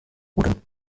oder